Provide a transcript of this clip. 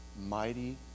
mighty